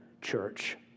church